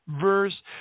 verse